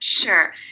Sure